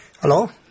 Hello